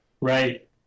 right